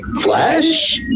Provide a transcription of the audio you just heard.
Flash